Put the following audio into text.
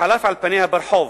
שחלף על פניה ברחוב.